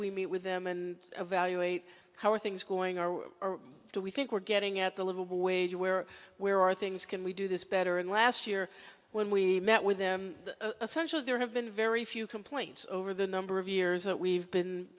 we meet with them and evaluate how are things going are or do we think we're getting at the livable wage where where are things can we do this better and last year when we met with them essential there have been very few complaints over the number of years that we've been